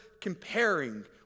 comparing